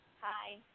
Hi